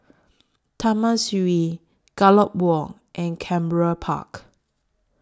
Taman Sireh Gallop Walk and Canberra Park